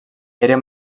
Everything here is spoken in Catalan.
era